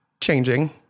changing